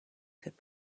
could